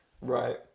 right